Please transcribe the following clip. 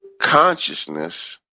consciousness